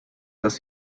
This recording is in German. dass